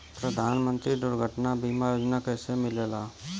प्रधानमंत्री दुर्घटना बीमा योजना कैसे मिलेला?